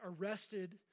arrested